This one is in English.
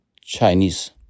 Chinese